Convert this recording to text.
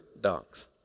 dogs